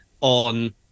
on